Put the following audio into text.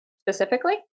specifically